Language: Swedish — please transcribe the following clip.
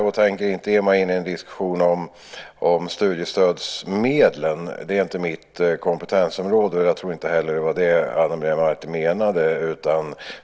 Jag tänker inte ge mig in i en diskussion om studiestödsmedlen. Det är inte mitt kompetensområde, och jag tror inte heller att det var det som Ana Maria Narti menade.